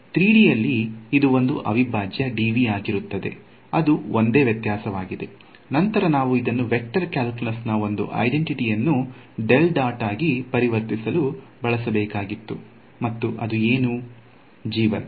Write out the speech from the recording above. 3D ಯಲ್ಲಿ ಇದು ಒಂದು ಅವಿಭಾಜ್ಯ dv ಆಗಿರುತ್ತದೆ ಅದು ಒಂದೇ ವ್ಯತ್ಯಾಸವಾಗಿದೆ ನಂತರ ನಾವು ಇದನ್ನು ವೆಕ್ಟರ್ ಕ್ಯಾಲ್ಕ್ಯುಲಸ್ ನ ಒಂದು ಐಡೆಂಟಿಟಿಯನ್ನು ಡೆಲ್ ಡಾಟ್ ಆಗಿ ಪರಿವರ್ತಿಸಲು ಬಳಸಬೇಕಾಗಿತ್ತು ಮತ್ತು ಅದು ಏನು